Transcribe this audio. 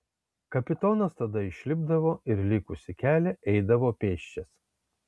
kapitonas tada išlipdavo ir likusį kelią eidavo pėsčias